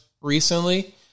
recently